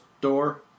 door